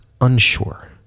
unsure